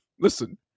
Listen